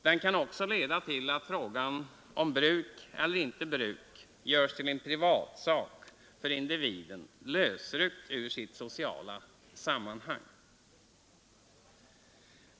Den kan också leda till att frågan om bruk eller icke bruk görs till en privatsak för individen, lösryckt ur sitt sociala sammanhang.